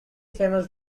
famous